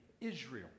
Israel